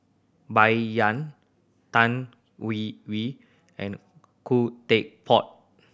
Bai Yan Tan Hwee Hwee and Khoo Teck Puat